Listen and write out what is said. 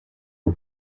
gen